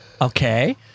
Okay